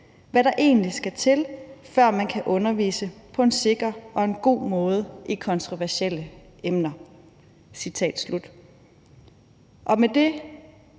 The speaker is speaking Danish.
hvad der egentlig skal til, før man kan undervise på en sikker og god måde i kontroversielle emner.«